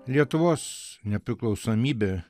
lietuvos nepriklausomybė